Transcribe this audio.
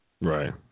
Right